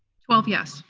twelve yes.